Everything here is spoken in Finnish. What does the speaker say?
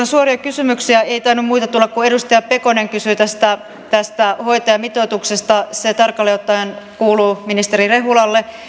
suoria kysymyksiä ei tainnut tulla muita kuin se kun edustaja pekonen kysyi tästä tästä hoitajamitoituksesta se tarkalleen ottaen kuuluu ministeri rehulalle